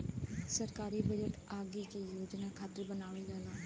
सरकारी बजट आगे के योजना खातिर बनावल जाला